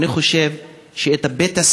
אני חושב שבית-הספר,